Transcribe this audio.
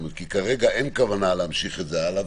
כי כרגע אין כוונה להמשיך את זה הלאה,